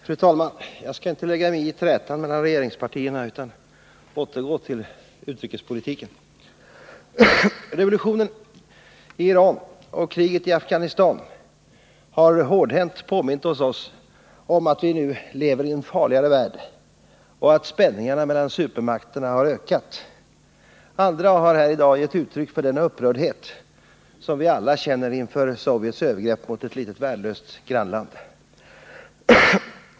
Fru talman! Jag skall inte lägga mig i trätan mellan regeringspartierna utan återgår till utrikespolitiken. Revolutionen i Iran och kriget i Afghanistan har hårdhänt påmint oss om att vi nu lever i en farligare värld och att spänningarna mellan supermakterna har ökat. Andra har här i dag givit uttryck för den upprördhet vi alla känner inför Sovjets övergrepp mot ett litet värnlöst grannland.